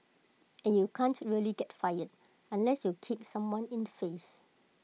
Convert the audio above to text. and you can't really get fired unless you kicked someone in the face